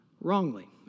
wrongly